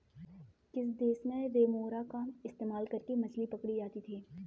किस देश में रेमोरा का इस्तेमाल करके मछली पकड़ी जाती थी?